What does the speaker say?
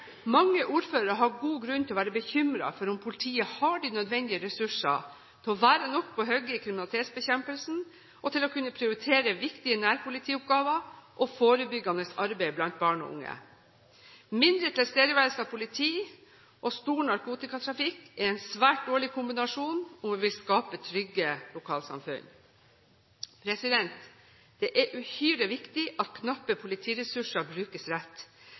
Mange ordførere har god grunn til å være bekymret for om politiet har de nødvendige ressurser til å være nok på hugget i kriminalitetsbekjempelsen og til å kunne prioritere viktige nærpolitioppgaver og forebyggende arbeid blant barn og unge. Mindre tilstedeværelse av politi og stor narkotikatrafikk er en svært dårlig kombinasjon dersom vi vil skape trygge lokalsamfunn. Det er uhyre viktig at knappe politiressurser brukes rett.